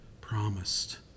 Promised